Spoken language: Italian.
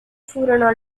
furono